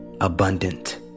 abundant